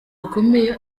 bikomeye